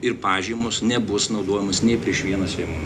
ir pažymos nebus naudojamos nei prieš vieną seimo